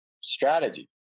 strategy